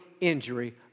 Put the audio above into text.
injury